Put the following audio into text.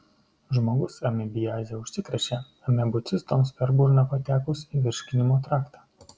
žmogus amebiaze užsikrečia amebų cistoms per burną patekus į virškinimo traktą